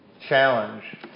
challenge